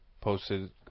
posted